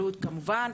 המקומיות.